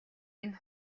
энэ